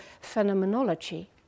phenomenology